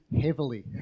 heavily